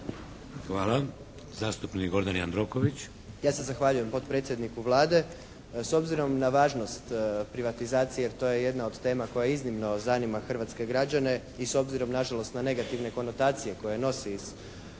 Hvala. Zastupnik Gordan Jandroković.